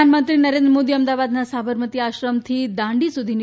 પ્રધાનમંત્રી નરેન્દ્ર મોદી અમદાવાદના સાબરમતી આશ્રમથી દાંડી સુધીની